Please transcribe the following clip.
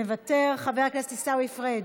מוותר, חבר הכנסת עיסאווי פריג'